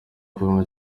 kunywa